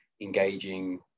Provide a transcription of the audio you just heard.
engaging